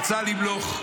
הוא רצה למלוך.